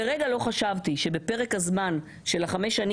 לרגע לא חשבתי שבפרק הזמן של חמש השנים